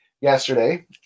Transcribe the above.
yesterday